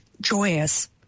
joyous